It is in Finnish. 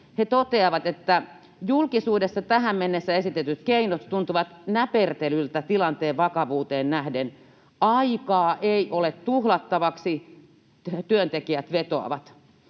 He toteavat, että ”julkisuudessa tähän mennessä esitetyt keinot tuntuvat näpertelyltä tilanteen vakavuuteen nähden. Aikaa ei ole tuhlattavaksi”, työntekijät vetoavat.